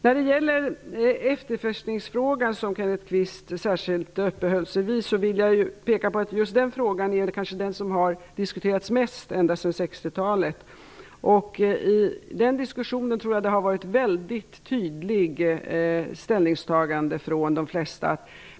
När det gäller efterforskningsfrågan, som Kenneth Kvist särskilt uppehöll sig vid, vill jag peka på att just den frågan kanske är den fråga som har diskuterats mest ända sedan 60-talet. I den diskussionen tror jag att det har varit ett väldigt tydligt ställningstagande från de flesta.